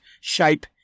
shape